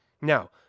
Now